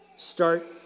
Start